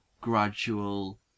gradual